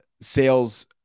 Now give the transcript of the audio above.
sales